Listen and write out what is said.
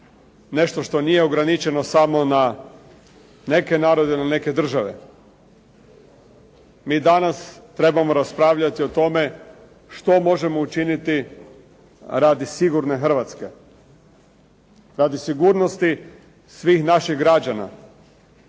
nešto što nije ograničeno samo na neke narode i neke države. Mi danas trebamo raspravljati o tome što možemo učiniti radi sigurne Hrvatske, radi sigurnosti svih naših građana,